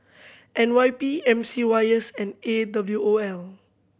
N Y P M C Y S and A W O L